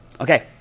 Okay